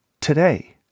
today